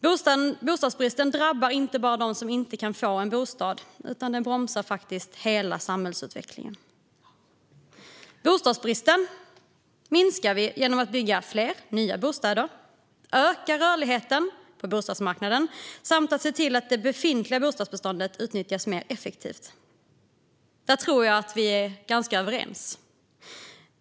Bostadsbristen drabbar inte bara den som inte kan få en bostad, utan den bromsar faktiskt hela samhällsutvecklingen. Bostadsbristen minskar vi genom att bygga fler nya bostäder, öka rörligheten på bostadsmarknaden samt se till att det befintliga bostadsbeståndet utnyttjas mer effektivt. Där tror jag att vi är ganska överens.